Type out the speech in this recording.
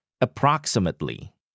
Approximately